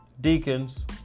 deacons